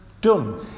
done